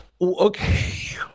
Okay